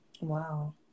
Wow